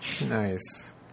nice